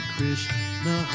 Krishna